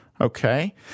Okay